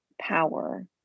power